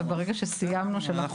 וברגע שסיימנו שלחנו לוועדה.